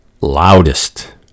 loudest